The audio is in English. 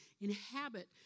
inhabit